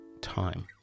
time